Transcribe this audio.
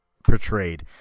portrayed